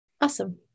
Awesome